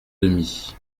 demi